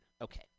Okay